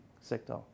sector